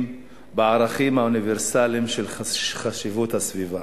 בערכים האוניברסליים של חשיבות הסביבה.